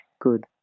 Good